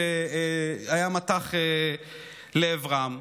היה מטח לעברה.